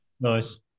Nice